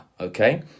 Okay